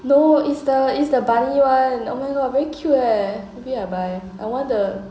no is the is the bunny one oh my god very cute eh maybe I buy I want the